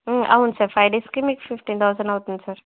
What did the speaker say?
అవును sir five డేస్కి మీకు ఫిఫ్టీన్ థౌసండ్ అవుతుంది సార్